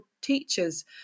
teachers